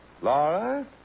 Laura